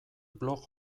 blog